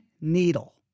Needle